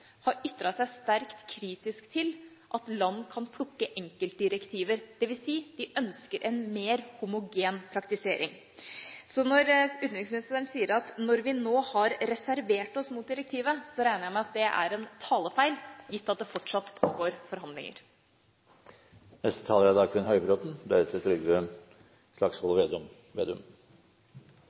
har ytret seg sterkt kritisk til at land kan plukke enkeltdirektiver, dvs. de ønsker en mer homogen praktisering. Så når utenriksministeren sier «når vi nå har reservert oss mot postdirektivet», regner jeg med at det er en talefeil, gitt at det fortsatt pågår